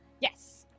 Yes